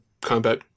Combat